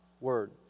word